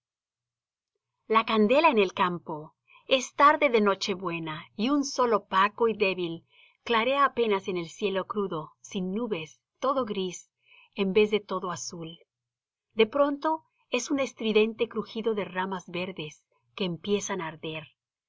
la candela en el campo es tarde de nochebuena y un sol opaco y débil clarea apenas en el cielo crudo sin nubes todo gris en vez de todo azul de pronto es un estridente crujido de ramas verdes que empiezan á arder